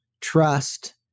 Trust